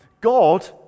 God